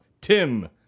Tim